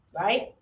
right